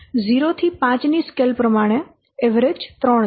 0 થી 5 ની સ્કેલ પ્રમાણે એવરેજ 3 છે